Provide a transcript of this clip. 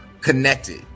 connected